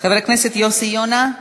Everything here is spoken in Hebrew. חבר הכנסת יוסי יונה,